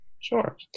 Sure